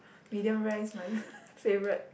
medium rare is my favourite